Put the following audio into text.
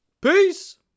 Peace